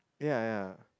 ya ya